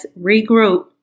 regroup